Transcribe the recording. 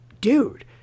dude